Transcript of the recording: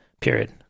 period